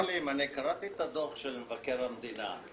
אני קראתי את הדוח של מבקר המדינה.